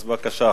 אז בבקשה,